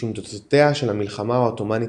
משום תוצאותיה של המלחמה העות'מאנית-רוסית,